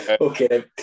Okay